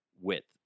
width